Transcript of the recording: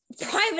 private